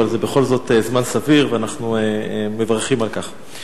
אבל זה בכל זאת זמן סביר ואנחנו מברכים על כך.